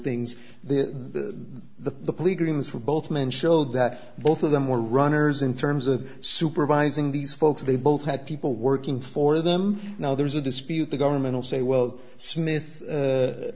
things the pleadings for both men showed that both of them were runners in terms of supervising these folks they both had people working for them now there's a dispute the government will say well smith